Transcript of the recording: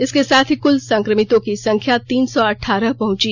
इसके साथ ही कुल संक्रमितों की संख्या तीन सौ अठारह पहुंची